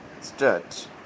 Start